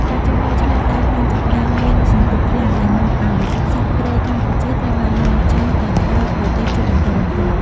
ការជួញដូរឆ្លងដែនបានចាប់ផ្តើមមានសន្ទុះខ្លាំង ដែលនាំឱ្យសត្វព្រៃកម្ពុជាត្រូវបាននាំចេញទៅក្រៅប្រទេសជាបន្តបន្ទាប់។